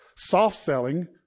Soft-selling